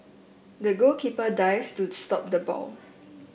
the goalkeeper dived to stop the ball